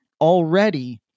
already